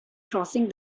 crossing